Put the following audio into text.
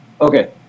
Okay